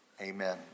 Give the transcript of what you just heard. Amen